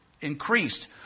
increased